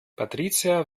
patricia